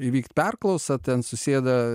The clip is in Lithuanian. įvykt perklausa ten susėda